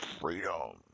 freedom